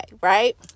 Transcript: right